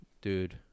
dude